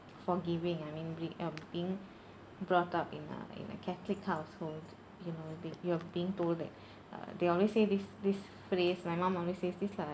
forgiving I mean bri~ um being brought up in a in a catholic household you know you're being told that uh they always say this this phrase my mum always say this lah